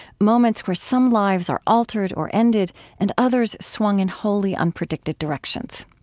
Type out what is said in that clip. moments where some lives are altered or ended and others swung in wholly unpredicted directions.